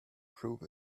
prove